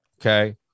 Okay